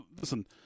Listen